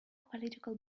political